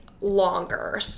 longer